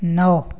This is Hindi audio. नौ